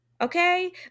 Okay